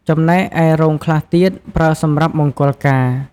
ចំណែកឯរោងខ្លះទៀតប្រើសម្រាប់មង្គលការ